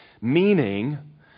Meaning